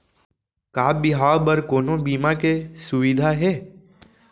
का बिहाव बर कोनो बीमा के सुविधा हे?